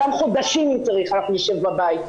גם חודשים אם צריך אנחנו נשב בבית'.